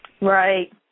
Right